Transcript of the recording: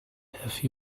have